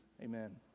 Amen